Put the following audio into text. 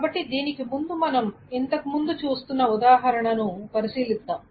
కాబట్టి దీనికి ముందు మనం ఇంతకుముందు చూస్తున్న ఉదాహరణను పరిశీలిద్దాం